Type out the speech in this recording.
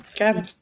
okay